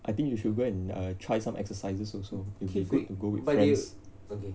I think you should go and um try some exercises also it'll be good to go with friends